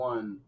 One